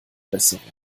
besserung